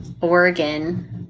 Oregon